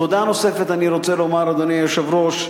תודה נוספת אני רוצה לומר, אדוני היושב-ראש: